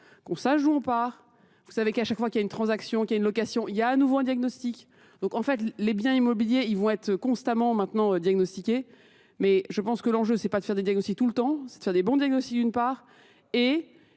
qu'on sache où on part. Vous savez qu'à chaque fois qu'il y a une transaction, qu'il y a une location, il y a à nouveau un diagnostic. Donc en fait, les biens immobiliers, ils vont être constamment maintenant diagnostiqués. Mais je pense que l'enjeu, ce n'est pas de faire des diagnostics tout le temps, c'est de faire des bons diagnostics d'une part.